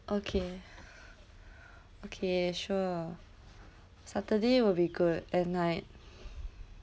okay okay sure saturday will be good at night